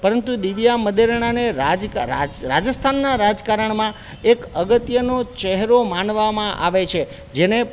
પરંતુ દિવ્ય મદેરણાને રાજ રાજસ્થાનના રાજકારણમાં એક અગત્યનો ચહેરો માનવામાં આવે છે જેને